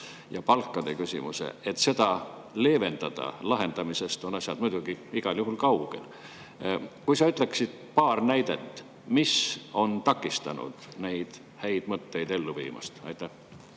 ja palkade küsimuse – leevendada. Lahendamisest on asjad muidugi igal juhul kaugel. Kas sa ütleksid paar näidet, mis on takistanud neid häid mõtteid ellu viimast? Aitäh!